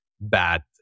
bad